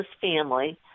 family